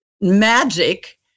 magic